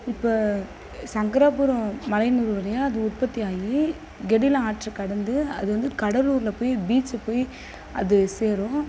இப்போது சங்கராபுரம் மலையனுர் வழியாக அது உற்பத்தி ஆகி கெடில ஆற்றை கடந்து அது வந்து கடலூர்ல போய் பீச் போய் அது சேரும்